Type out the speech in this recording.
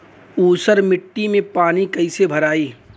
ऊसर मिट्टी में पानी कईसे भराई?